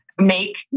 make